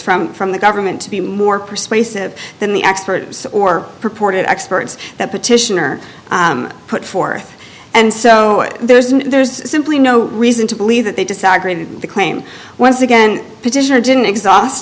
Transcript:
from from the government to be more persuasive than the expert or purported experts that petitioner put forth and so there's a there's simply no reason to believe that they disagreed with the claim once again petitioner didn't exhaust